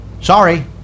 Sorry